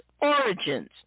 origins